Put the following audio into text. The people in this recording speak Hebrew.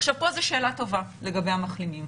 עכשיו פה זו שאלה טובה לגבי המחלימים.